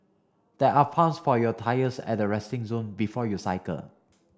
there are pumps for your tyres at the resting zone before you cycle